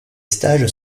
stages